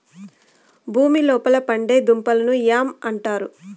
భూమి లోపల పండే దుంపలను యామ్ అంటారు